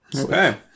Okay